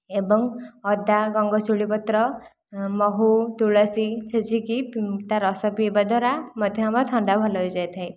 ଏବଂ ଅଦା ଗଙ୍ଗଶିଉଳି ପତ୍ର ମହୁ ତୁଳସୀ ଛେଚିକି ତା ରସ ପିଇବା ଦ୍ୱାରା ମଧ୍ୟ ଆମ ଥଣ୍ଡା ଭଲ ହୋଇଯାଇଥାଏ